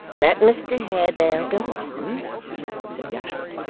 let mr haredale go on said gashford,